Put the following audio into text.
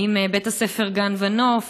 עם בית הספר גן ונוף,